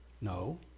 No